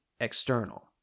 external